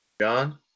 John